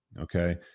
Okay